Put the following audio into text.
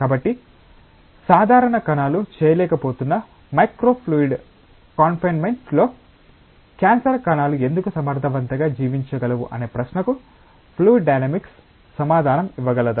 కాబట్టి సాధారణ కణాలు చేయలేకపోతున్న మైక్రో ఫ్లూయిడ్ కాన్ఫినేమేంట్ లో క్యాన్సర్ కణాలు ఎందుకు సమర్థవంతంగా జీవించగలవు అనే ప్రశ్నకు ఫ్లూయిడ్ డైనమిక్స్ సమాధానం ఇవ్వగలదా